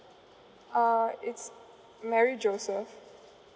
uh it's mary joseph